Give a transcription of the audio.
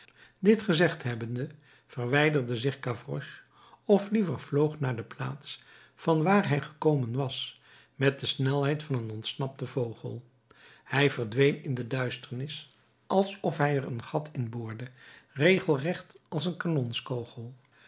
dit gezegd hebbende verwijderde zich gavroche of liever vloog naar de plaats van waar hij gekomen was met de snelheid van een ontsnapten vogel hij verdween in de duisternis alsof hij er een gat in boorde regelrecht als een kanonskogel